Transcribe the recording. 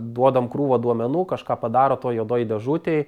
duodam krūvą duomenų kažką padaro toj juodoj dėžutėj